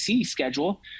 schedule